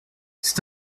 c’est